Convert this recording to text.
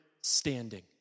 standing